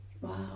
Wow